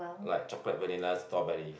like chocolate vanilla strawberry